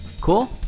Cool